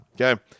Okay